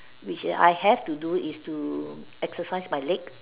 which I have to do is to exercising my leg